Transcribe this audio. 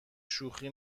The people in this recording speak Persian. شوخی